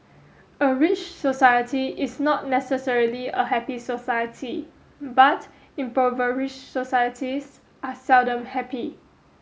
a rich society is not necessarily a happy society but impoverish societies are seldom happy